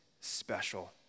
special